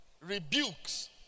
Rebukes